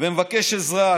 ומבקש עזרה.